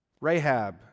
Rahab